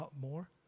more